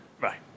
Right